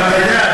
אבל אתה יודע,